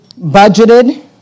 budgeted